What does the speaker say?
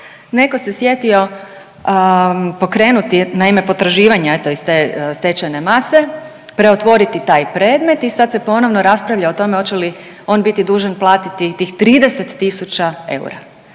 neko se sjetio pokrenuti naime potraživanja eto iz te stečajne mase, preotvoriti taj predmet i sad se ponovno raspravlja o tome hoće li on biti dužan platiti tih 30 tisuća eura.